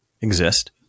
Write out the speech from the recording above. exist